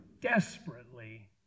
desperately